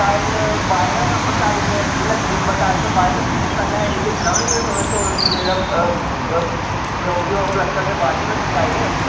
tile निं लग्गनी tile ते बाहर लग्गनी पैह्लें एह् दिक्खी लैओ ना स्टोर तुसें जो बी होग प्लस्तर दे बाद च गै लग्गनी टाईल